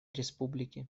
республики